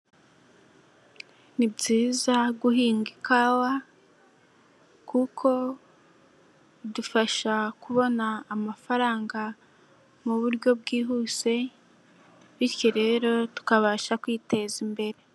Ni byiza guhinga ikawa kuko idufasha kubona amafaranga mu buryo bwihuse bityo, rero tukabasha kwiteza imbere.